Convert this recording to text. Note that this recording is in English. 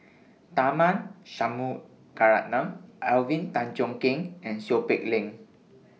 Tharman Shanmugaratnam Alvin Tan Cheong Kheng and Seow Peck Leng